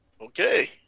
Okay